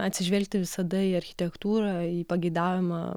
atsižvelgti visada į architektūrą į pageidavimą